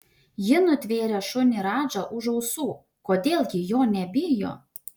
ji nutvėrė šunį radžą už ausų kodėl ji jo nebijo